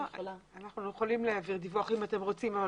אנחנו יכולים להעביר דיווח, אם אתם רוצים.